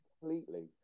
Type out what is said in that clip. completely